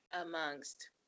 amongst